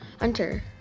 Hunter